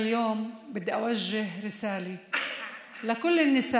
אני היום רוצה להעביר מסר לכל הנשים